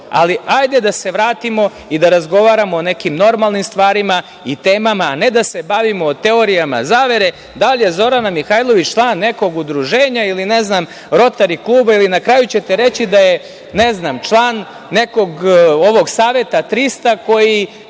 da se vratimo i razgovaramo o nekim normalnim stvarima i temama, a ne da se bavimo teorijama zavere, da li je Zorana Mihajlović član nekog udruženja ili ne znam Rotari kluba. Na kraju ćete reći da je, ne znam, član „saveta 300“ koji